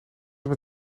eens